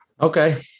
Okay